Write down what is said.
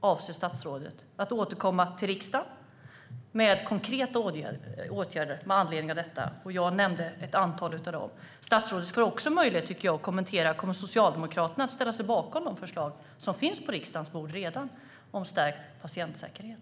Avser statsrådet att återkomma till riksdagen med konkreta åtgärder med anledning av detta? Jag nämnde ett antal av dem. Statsrådet får också möjlighet att svara på om Socialdemokraterna kommer att ställa sig bakom de förslag som redan finns på riksdagens bord om stärkt patientsäkerhet.